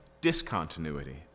discontinuity